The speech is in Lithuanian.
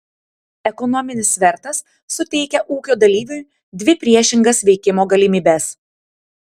ekonominis svertas suteikia ūkio dalyviui dvi priešingas veikimo galimybes